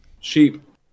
sheep